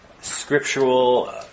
scriptural